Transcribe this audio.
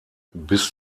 bis